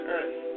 Earth